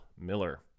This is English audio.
Miller